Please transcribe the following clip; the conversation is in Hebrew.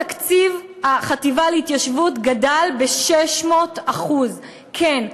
תקציב החטיבה להתיישבות גדל ב-600% כן,